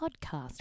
podcast